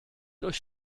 euch